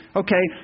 okay